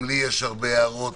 גם לי יש הרבה הערות.